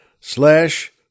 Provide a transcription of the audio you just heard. slash